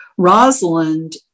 Rosalind